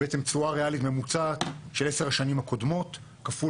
תשואה ריאלית ממוצעת של עשר השנים הקודמות כפול